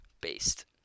Based